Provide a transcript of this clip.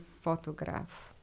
photograph